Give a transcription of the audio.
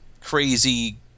crazy